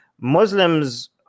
Muslims